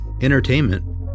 entertainment